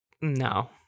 no